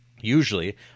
Usually